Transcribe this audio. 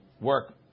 work